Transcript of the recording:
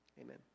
Amen